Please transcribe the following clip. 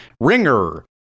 ringer